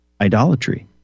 idolatry